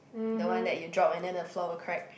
the one that you drop and then the floor will crack